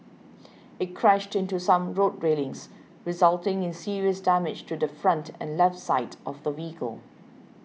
it crashed into some road railings resulting in serious damage to the front and left side of the vehicle